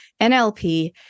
NLP